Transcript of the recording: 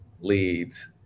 leads